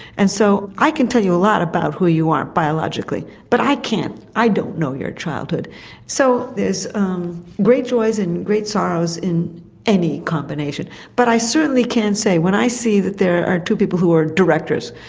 and so i can tell you a lot about who you are biologically but i can't, i don't know your childhood so there's um great joys and great sorrows in any combination, but i certainly can say when i see that there are two people who are directors,